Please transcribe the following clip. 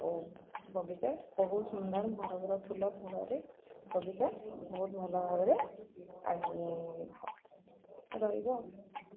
ଓ ବଗିଚା ବହୁତ ସୁନ୍ଦର ଭର ଭର ଫୁଲ ଫଳରେ ବଗିଚା ବହୁତ ଭଲ ଭାବରେ ରହିବ